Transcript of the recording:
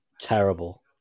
terrible